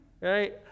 right